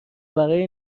برای